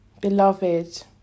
Beloved